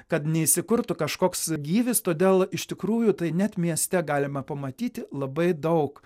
kad neįsikurtų kažkoks gyvis todėl iš tikrųjų tai net mieste galima pamatyti labai daug